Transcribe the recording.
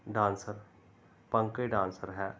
dancer Pankaj dancer ਹੈ